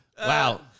Wow